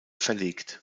verlegt